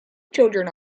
children